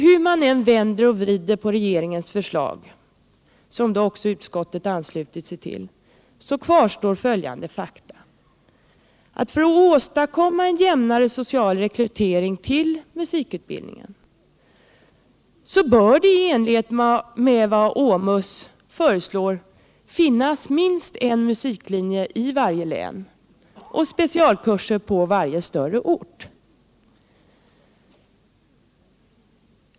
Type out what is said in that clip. Hur man än vänder och vrider på regeringens förslag, som också utskottet anslutit sig till, så kvarstår följande fakta. För att åstadkomma en jämnare social rekrytering till musikutbildningen bör det i enlighet med vad OMUS föreslår finnas minst en musiklinje i varje län och specialkurser på varje större ort.